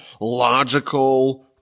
logical